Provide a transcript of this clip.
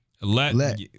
let